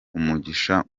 umugisha